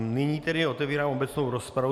Nyní tedy otevírám obecnou rozpravu.